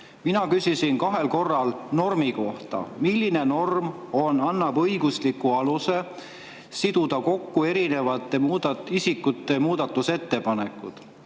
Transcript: Mina küsisin kahel korral normi kohta: milline norm annab õigusliku aluse siduda kokku erinevate isikute muudatusettepanekud?